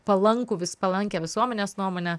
palankų vis palankią visuomenės nuomonę